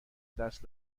دست